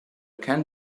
can